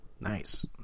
Nice